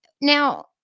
Now